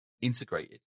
integrated